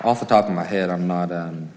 off the top of my head i'm not